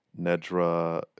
Nedra